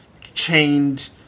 chained